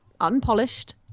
unpolished